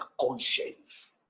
conscience